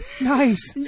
Nice